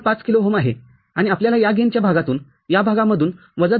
५किलो ohm आहे आणि आपल्याला या गेनच्याभागातून या भागामधून वजा २